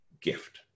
gift